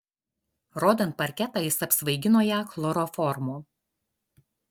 rodant parketą jis apsvaigino ją chloroformu